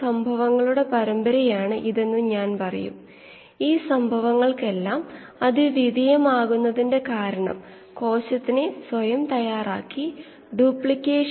അളവെടുക്കാൻ നമുക്ക് വിവിധ തരം പ്രോബുകളുണ്ട് ഒരുപക്ഷേ ഡി ഒ പി എച്ച് താപനില പ്രോബുകൾ എന്നിവയുണ്ട് ഇത് ഒരു എയറോബിക് ബയോ റിയാക്ടറാണെന്ന് അനുമാനിക്കാം